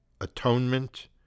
atonement